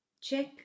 Check